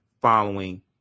following